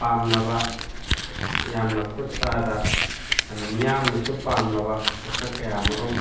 ꯄꯥꯝꯅꯕ ꯌꯥꯝꯅ ꯈꯨꯠ ꯁꯥꯗ ꯌꯥꯝꯅ ꯃꯤꯌꯥꯝꯅꯁꯨ ꯄꯥꯝꯅꯕ ꯄꯣꯠꯁꯛ ꯀꯌꯥ ꯃꯔꯨꯝ